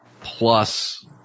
plus